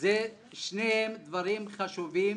שניהם דברים חשובים.